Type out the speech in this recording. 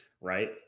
right